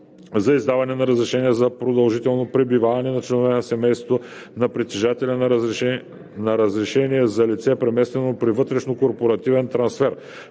За издаване на разрешение за продължително пребиваване на членовете на семейството на притежателя на разрешение за лице, преместено при вътрешнокорпоративен трансфер,